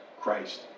Christ